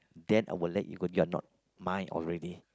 then I will let you go you are not mine already